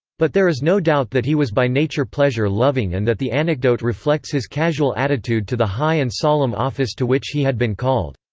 but there is no doubt that he was by nature pleasure-loving and that the anecdote reflects his casual attitude to the high and solemn office to which he had been called.